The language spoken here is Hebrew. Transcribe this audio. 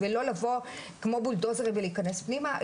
ולא לבוא כמו בולדוזרים ולהיכנס פנימה,